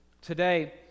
Today